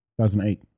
2008